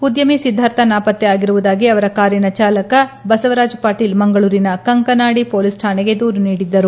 ಉದ್ದಮಿ ಸಿದ್ದಾರ್ಥ ನಾಪತ್ತೆ ಆಗಿರುವುದಾಗಿ ಅವರ ಕಾರಿನ ಚಾಲಕ ಬಸವರಾಜ ಪಾಟೀಲ್ ಮಂಗಳೂರಿನ ಕಂಕನಾಡಿ ಮೊಲೀಸ್ ಠಾಣೆಗೆ ದೂರು ನೀಡಿದ್ದರು